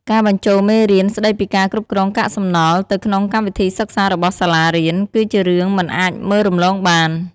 ការបញ្ចូលមេរៀនស្តីពីការគ្រប់គ្រងកាកសំណល់ទៅក្នុងកម្មវិធីសិក្សារបស់សាលារៀន គឺជារឿងមិនអាចមើលរំលងបាន។